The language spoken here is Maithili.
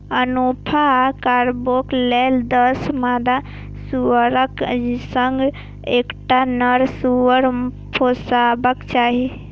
मुनाफा कमाबै लेल दस मादा सुअरक संग एकटा नर सुअर पोसबाक चाही